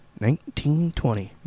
1920